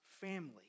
family